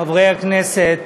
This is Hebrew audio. חברי הכנסת,